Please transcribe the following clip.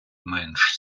менш